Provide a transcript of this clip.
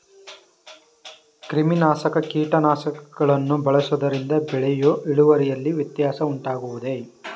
ಕ್ರಿಮಿನಾಶಕ ಕೀಟನಾಶಕಗಳನ್ನು ಬಳಸುವುದರಿಂದ ಬೆಳೆಯ ಇಳುವರಿಯಲ್ಲಿ ವ್ಯತ್ಯಾಸ ಉಂಟಾಗುವುದೇ?